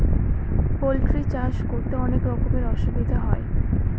poultry চাষ করতে অনেক রকমের অসুবিধা হয়